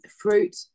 fruit